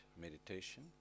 meditation